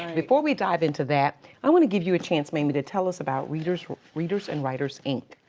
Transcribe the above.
before we dive into that, i wanna give you a chance mamie to tell us about readers readers and writers ink.